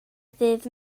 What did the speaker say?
ddydd